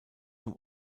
zum